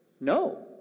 No